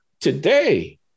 today